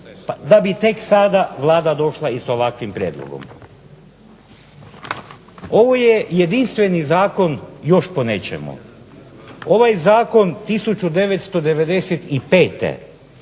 da bi tek sada Vlada došla i sa ovakvim prijedlogom. Ovo je jedinstveni zakon još po nečemu. Ovaj zakon 1995.,